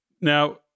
Now